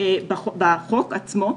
לחוק עצמו.